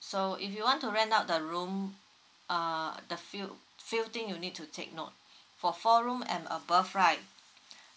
so if you want to rent out the room err the few few thing you need to take note for four room and above right